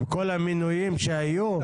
עם כל המינויים שהיו.